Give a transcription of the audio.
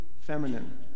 feminine